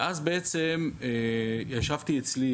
ישבתי אצלי,